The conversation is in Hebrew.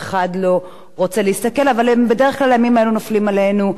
אבל בדרך כלל הימים האלה נופלים עלינו כרעם ביום בהיר.